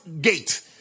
Gate